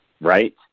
right